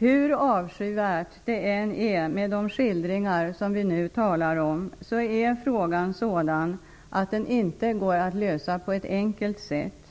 Hur avskyvärt det än är med de skildringar som vi nu talar om, är frågan sådan att den inte går att lösa på ett enkelt sätt.